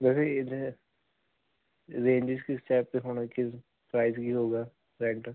price ਕੀ ਹੋਵੇਗਾ rent